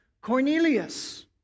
Cornelius